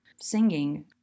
singing